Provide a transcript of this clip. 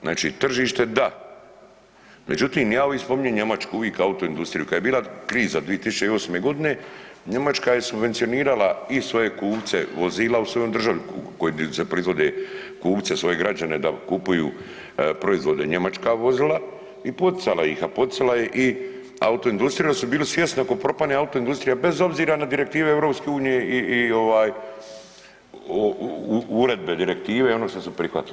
Znači tržište da, međutim ja uvik spominjem Njemačku uvik autoindustriju, kad je bila kriza 2008. godine Njemačka je subvencionirala i svoje kupce vozila u svojoj državi di se proizvode, kupce svoje građane da kupuju proizvode njemačka vozila i poticala ih, a poticala je i autoindustriju jer su bili svjesni ako propane autoindustrija bez obzira na direktive EU i ovaj uredbe, direktive i ono što su prihvatili.